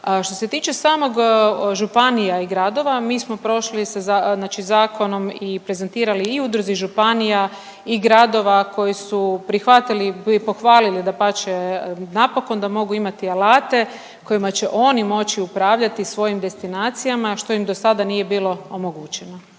Što se tiče samog županija i gradova, mi smo prošli sa zakonom i prezentirali i udruzi županija i gradova koji su prihvatili i pohvalili dapače napokon da mogu imati alate kojima će oni moći upravljati svojim destinacijama što im do sada nije bilo omogućeno.